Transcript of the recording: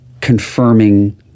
confirming